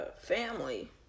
Family